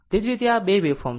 એ જ રીતે આ 2 વેવ ફોર્મ છે